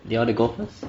do you want to go first